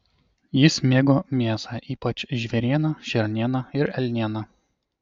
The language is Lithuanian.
jis mėgo mėsą ypač žvėrieną šernieną ir elnieną